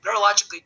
neurologically